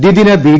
ദ്വിദിന ബി